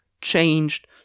changed